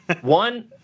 One